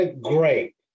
great